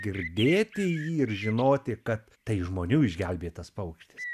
girdėti jį ir žinoti kad tai žmonių išgelbėtas paukštis